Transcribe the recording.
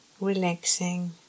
relaxing